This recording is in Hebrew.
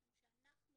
משום שאנחנו